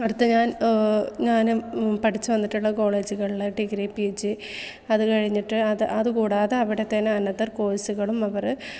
അടുത്ത് ഞാൻ ഞാൻ പഠിച്ചു വന്നിട്ടുള്ള കോളേജുകളിൽ ഡിഗ്രി പിജി അതു കഴിഞ്ഞിട്ട് അതു അതു കൂടാതെ അവിടെ തന്നെ അനതർ കോഴ്സുകളും അവർ